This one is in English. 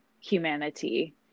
humanity